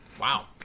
Wow